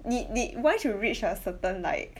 你你 once you reach a certain like